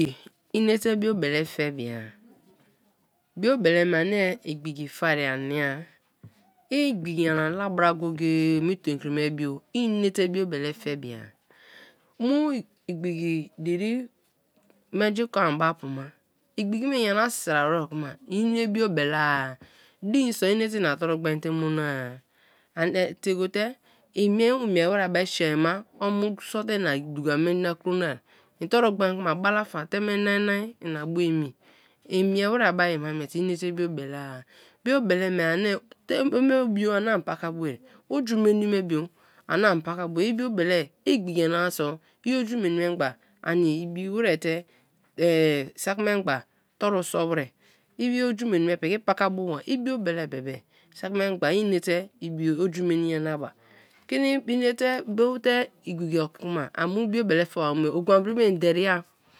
Inete biobele fe bia, biobele me ani igbiki fe ye ania. I igbiki nyana la bra go go e me tom kri be bio i inete biobele fe bia mu igbiki diri mengi kon be apuba, igbiki me i nyana sra w'ra kuma ine biobeleai nii so ine ina toru gbainte mono-a ani tiego te i mie mu mie w'ra ma be sieai ma omu so te ina duka menji na kro na, i toru gbain kuma balafa teme nini inabu emi i mie wai ma miete ine te biobelea-a. Biobele me ani iteme bio ani paka boa, oju meni me bio anii pakaboa; í biobeleai i igbiki nyana-a so i oju meni men'gba ani i bi warai te saki men'gba toru so warai, oju meni me piki pakabo ba; i biobeleai be be saki men'gba inete ibi oju meni n'yanaba. Keni inete bote igbiki oki kuma a mu biobele fe ma muari ogonbiribo ende riya.